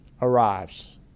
arrives